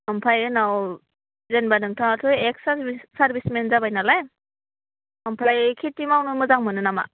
ओमफ्राय उनाव जेनेबा नोंथाङाथ' एक्स सार्भिसेमेन जाबाय नालाय ओमफ्राय खेति मावनो मोजां मोनो नामा